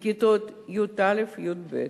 לכיתות י"א וי"ב,